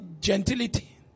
gentility